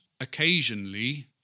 Occasionally